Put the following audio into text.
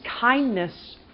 kindness